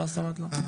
מה זאת אומרת לא?